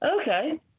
Okay